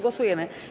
Głosujemy.